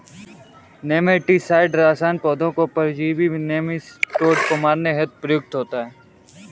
nematicide रसायन पौधों के परजीवी नोमीटोड को मारने हेतु प्रयुक्त होता है